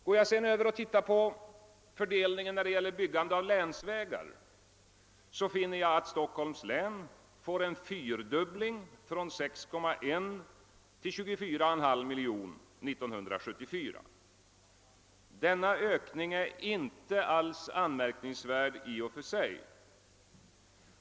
Går jag sedan över till den fördelning som gäller byggandet av länsvägar finner jag att Stockholms län får en fyrdubbling från 6,1 till 24,5 miljoner år 1974. Denna ökning är inte anmärkningsvärd i och för sig.